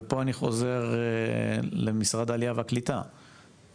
ופה אני חוזר למשרד העלייה והקליטה,